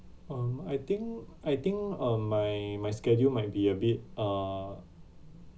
um I think I think uh my my schedule might be a bit uh